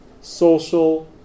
social